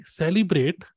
celebrate